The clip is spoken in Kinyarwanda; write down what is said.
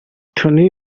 tony